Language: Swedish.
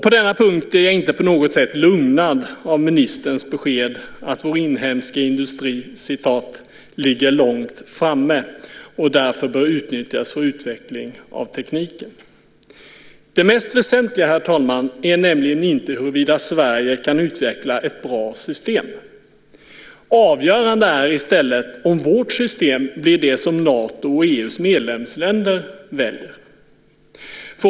På denna punkt blir jag inte på något sätt lugnad av ministerns besked att vår inhemska industri "ligger långt framme" och därför bör utnyttjas för utveckling av tekniken. Det mest väsentliga, herr talman, är nämligen inte huruvida Sverige kan utveckla ett bra system. Avgörande är i stället om vårt system blir det som Natos och EU:s medlemsländer väljer.